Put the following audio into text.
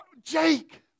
Jake